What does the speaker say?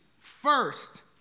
First